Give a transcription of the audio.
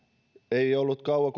ei ollut kauan